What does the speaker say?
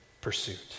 pursuit